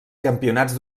campionats